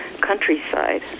countryside